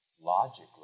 logically